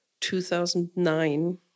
2009